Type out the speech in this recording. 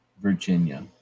virginia